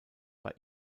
bei